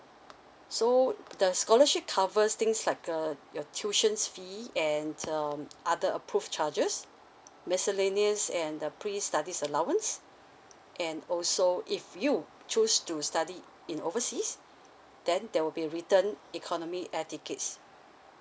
so the scholarship covers things like uh your tuitions fee and um other approved charges miscellaneous and the pre studies allowance and also if you choose to study in overseas then there will be a return economy air tickets